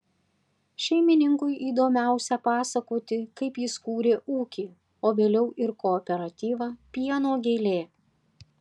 šeimininkui įdomiausia pasakoti kaip jis kūrė ūkį o vėliau ir kooperatyvą pieno gėlė